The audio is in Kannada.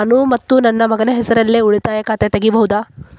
ನಾನು ಮತ್ತು ನನ್ನ ಮಗನ ಹೆಸರಲ್ಲೇ ಉಳಿತಾಯ ಖಾತ ತೆಗಿಬಹುದ?